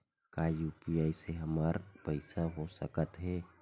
का यू.पी.आई से हमर पईसा हो सकत हे?